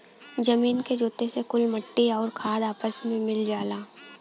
जमीन के जोते से कुल मट्टी आउर खाद आपस मे मिल जाला